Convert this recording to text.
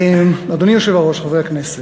אדוני היושב-ראש, חברי הכנסת,